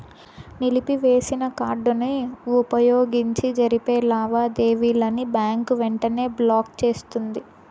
నిలిపివేసిన కార్డుని వుపయోగించి జరిపే లావాదేవీలని బ్యాంకు వెంటనే బ్లాకు చేస్తుంది